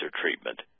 treatment